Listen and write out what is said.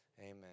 amen